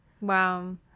wow